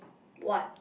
what